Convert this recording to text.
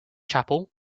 chapel